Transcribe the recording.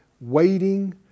waiting